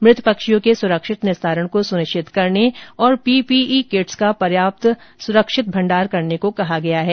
मृत पक्षियों के सुरक्षित निस्तारण को सुनिश्चित करने तथा पीपीई किट्स का पर्याप्त भंडारण करने को कहा गया है